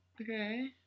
Okay